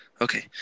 Okay